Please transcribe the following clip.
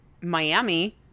Miami